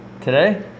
Today